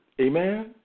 Amen